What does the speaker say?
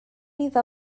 iddo